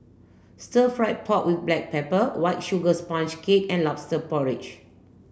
stir fried pork with black pepper white sugar sponge cake and lobster porridge